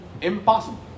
Impossible